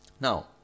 Now